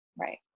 Right